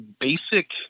basic